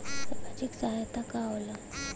सामाजिक सहायता का होला?